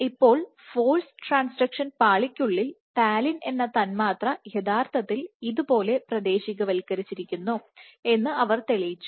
ഇപ്പോൾ force transduction പാളിക്കുള്ളിൽ talin എന്ന തന്മാത്ര യഥാർത്ഥത്തിൽ ഇതുപോലെ പ്രാദേശികവൽക്കരിച്ചിരിക്കുന്നു എന്ന് അവർ തെളിയിച്ചു